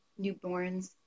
newborns